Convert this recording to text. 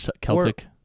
Celtic